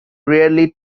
rarely